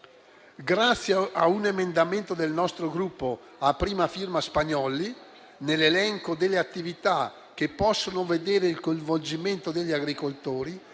Grazie a un emendamento del nostro Gruppo, a prima firma del senatore Spagnolli, nell'elenco delle attività che possono vedere il coinvolgimento degli agricoltori,